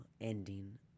ending